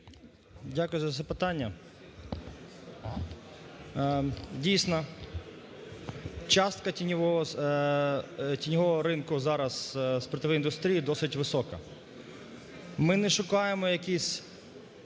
Дякую за запитання. Дійсно, частка тіньового ринку зараз спиртової індустрії досить висока. Ми не шукаємо якихось